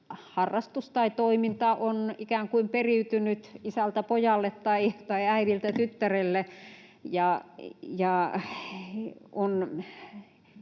harrastus tai toiminta on ikään kuin periytynyt isältä pojalle tai äidiltä tyttärelle,